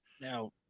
Now